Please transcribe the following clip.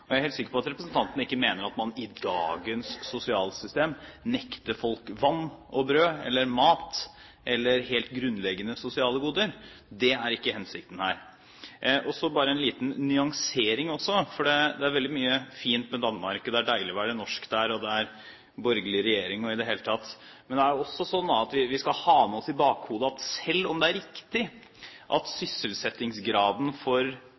Og jeg er helt sikker på at representanten ikke mener at man i dagens sosialsystem nekter folk vann og brød – eller mat eller helt grunnleggende sosiale goder. Det er ikke hensikten her. Så også bare en liten nyansering. Det er veldig mye fint med Danmark – det er deilig å være norsk der, det er borgerlig regjering der og i det hele tatt – men det er også slik at vi skal ha med oss i bakhodet at selv om det er riktig at sysselsettingsgraden for